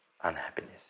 unhappiness